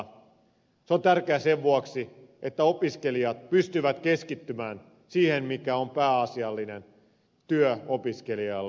se on tärkeä sen vuoksi että opiskelijat pystyvät keskittymään siihen mikä on pääasiallinen työ opiskelijalle